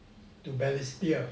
to balestier